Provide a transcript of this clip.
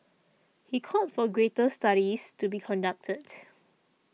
he called for greater studies to be conducted